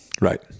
Right